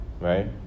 right